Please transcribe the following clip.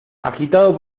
agitado